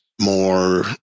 more